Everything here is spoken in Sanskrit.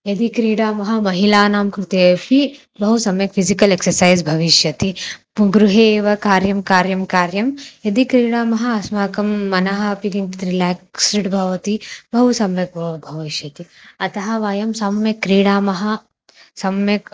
यदि क्रीडामः महिलानां कृतेपि बहु सम्यक् फ़िज़िकल् एक्ससैस् भविष्यति गृहे एव कार्यं कार्यं कार्यं यदि क्रीडामः अस्माकं मनः अपि किञ्चित् रिलेक्स्ड् भवति बहु सम्यक् भव् भविष्यति अतः वयं सम्यक् क्रीडामः सम्यक्